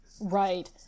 Right